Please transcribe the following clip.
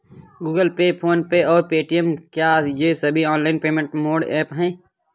Google pay phone pay और Paytm क्या ये सभी ऑनलाइन पेमेंट मोड ऐप हैं?